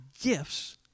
gifts